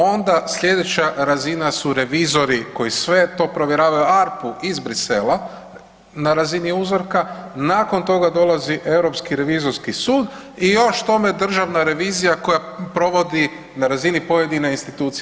Onda slijedeća razina su revizori koji sve to provjeravaju ARPU iz Bruxellesa na razini uzorka, nakon toga dolazi Europski revizorski sud i još tome državna revizija koja provodi na razini pojedine institucije.